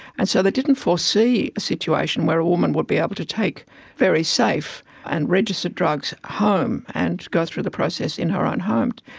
and so they didn't foresee a situation where a woman would be able to take very safe and registered drugs home and go through the process in her own home.